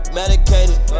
medicated